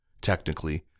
technically